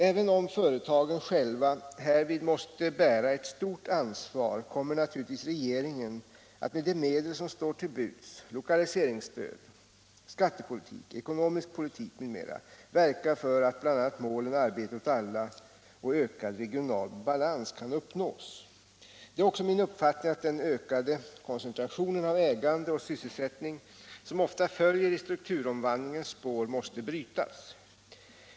Även om företagen själva härvid måste bära ett stort ansvar kommer naturligtvis regeringen att med de medel som står till buds — lokaliseringsstöd, skattepolitik, ekonomisk politik m.m. — verka för att bl.a. målen arbete åt alla och ökad regional balans kan uppnås. Det är också min uppfattning att den ökade koncentrationen av ägande och sysselsättning som ofta följer i strukturomvandlingens spår måste brytas.